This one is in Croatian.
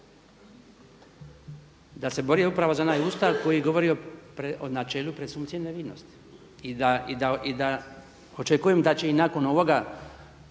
da se borio upravo za onaj Ustav koji govori o načelu presumpcije nevinosti i da očekujem da će i nakon ovoga